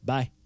Bye